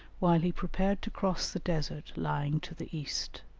while he prepared to cross the desert lying to the east,